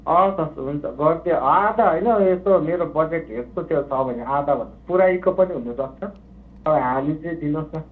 हवस् हवस् हुन्छ गरिदिइहाल्छु आधा होइन यसो मेरो बजेट हेर्छु त्यो छ भने आधाभन्दा पुरैको पनि हुनसक्छ तर हाली चाहिँ दिनुहोस् न